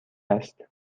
است